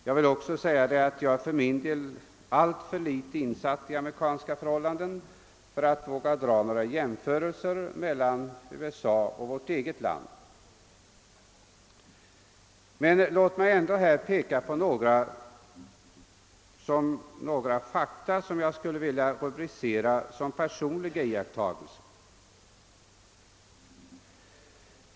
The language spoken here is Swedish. Jag vill också säga att jag för min del är alltför litet insatt i amerikanska förhållanden för att våga dra några slutsatser eller göra några jämförelser mellan USA och vårt eget land, men låt mig ändå här peka på några fakta som jag skulle vilja rubricera som personliga iakttagelser.